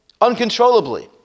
uncontrollably